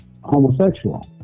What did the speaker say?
homosexual